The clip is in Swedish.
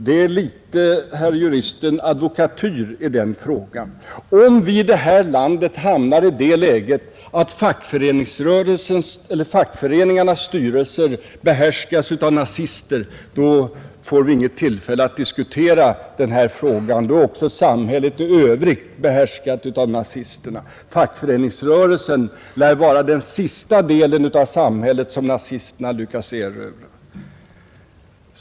Det är litet — herr jurist — advokatyr i den frågan! Om vi i det här landet hamnar i det läget att fackföreningarnas styrelser behärskas av nazister, då får vi inget tillfälle att diskutera den frågan — då är också samhället i övrigt behärskat av nazisterna. Fackföreningsrörelsen torde vara den sista delen av samhället som nazisterna lyckas erövra.